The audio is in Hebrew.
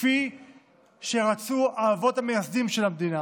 כפי שרצו האבות המייסדים של המדינה,